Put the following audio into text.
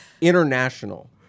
International